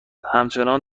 همچنان